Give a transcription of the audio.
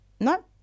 No